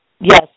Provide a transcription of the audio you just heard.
Yes